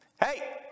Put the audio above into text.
Hey